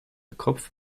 kopf